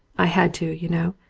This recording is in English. i had to, you know,